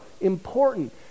important